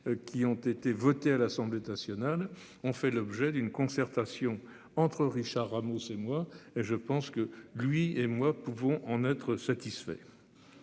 qui ont été votées à l'Assemblée nationale ont fait l'objet d'une concertation entre Richard Ramos et moi, et je pense que lui et moi pouvons en être satisfait.